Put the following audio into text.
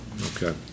okay